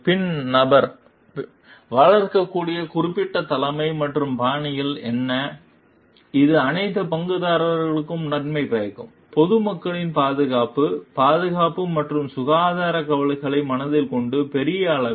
பின்னர் நபர் வளர்க்கக்கூடிய குறிப்பிட்ட நிலைமை மற்றும் பாணிகள் என்ன இது அனைத்து பங்குதாரர்களுக்கும் நன்மை பயக்கும் பொதுமக்களின் பாதுகாப்பு பாதுகாப்பு மற்றும் சுகாதார கவலைகளை மனதில் கொண்டு பெரிய அளவில்